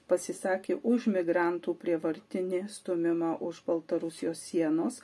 pasisakė už migrantų prievartinį stūmimą už baltarusijos sienos